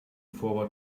forward